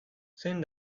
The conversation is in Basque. zein